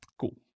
Cool